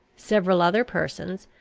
several other persons,